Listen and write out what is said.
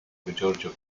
giorgio